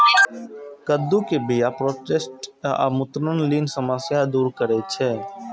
कद्दू के बीया प्रोस्टेट आ मूत्रनलीक समस्या दूर करै छै